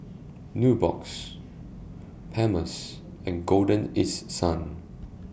Nubox Palmer's and Golden East Sun